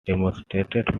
demonstrated